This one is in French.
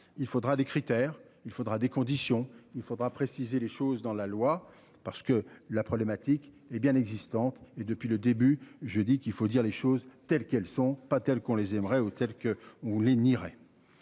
il faudra des critères. Il faudra des conditions il faudra préciser les choses dans la loi parce que la problématique est bien existante et depuis le début je dis qu'il faut dire les choses telles qu'elles sont pas telles qu'on les aimerait que où les n'irait.